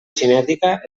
cinètica